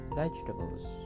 vegetables